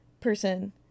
person